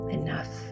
enough